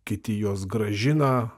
kiti juos grąžina